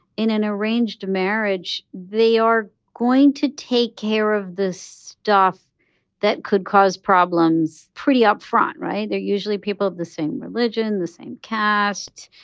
in an arranged marriage, they are going to take care of the stuff that could cause problems pretty upfront, right? they're usually people of the same religion, the same caste,